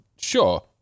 Sure